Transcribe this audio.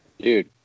dude